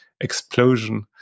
explosion